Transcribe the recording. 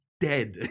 dead